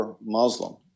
Muslim